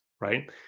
right